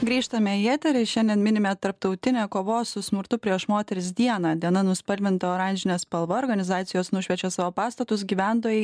grįžtame į eterį šiandien minime tarptautinę kovos su smurtu prieš moteris dieną diena nuspalvinta oranžine spalva organizacijos nušviečia savo pastatus gyventojai